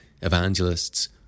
evangelists